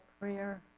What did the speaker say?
prayer